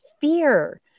fear